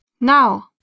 now